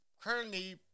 currently